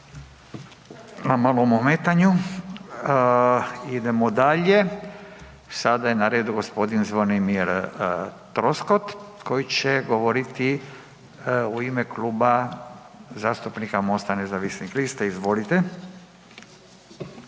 na ovom ometanju. Idemo dalje, sada je na redu g. Zvonimir Troskot koji će govoriti u ime Kluba zastupnika Mosta nezavisnih lista, izvolite.